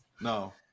No